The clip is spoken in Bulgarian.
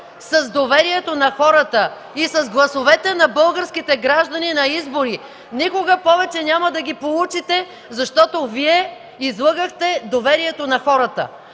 с доверието на хората и с гласовете на българските граждани на избори. Никога повече няма да ги получите, защото Вие излъгахте доверието на хората.